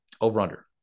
Over-under